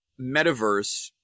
metaverse